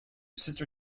sister